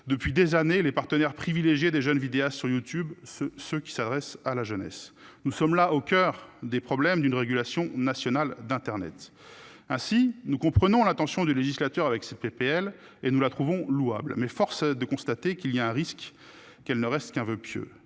Depuis des années les partenaires privilégiés des jeunes vidéastes sur YouTube ce ce qui s'adresse à la jeunesse. Nous sommes là au coeur des problèmes d'une régulation nationale d'Internet. Ainsi, nous comprenons l'intention du législateur avec cette PPL et nous la trouvons louable mais force est de constater qu'il y a un risque qu'elle ne reste qu'un voeu pieux